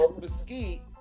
Mesquite